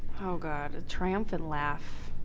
oh god, a triumphant laugh.